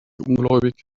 ungläubig